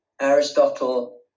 Aristotle